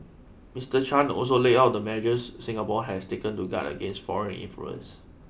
Mister Chan also laid out the measures Singapore has taken to guard against foreign influence